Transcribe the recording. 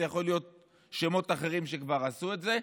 זה היה יכול להיות שמות אחרים שכבר עשו את זה,